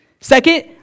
Second